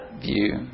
view